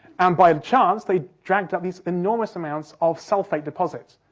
and, by chance, they dragged up these enormous amounts of sulphate deposits.